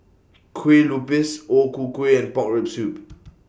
Kue Lupis O Ku Kueh and Pork Rib Soup